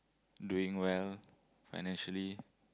doing well financially